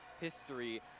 history